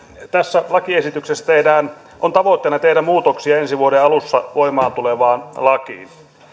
tässä lakiesityksessä on tavoitteena tehdä muutoksia ensi vuoden alussa voimaan tulevaan lakiin